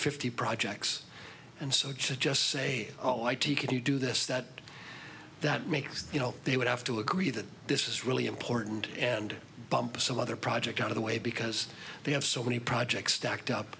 fifty projects and so it should just say oh i take it you do this that that makes you know they would have to agree that this is really important and bump some other project out of the way because they have so many projects stacked up